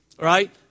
Right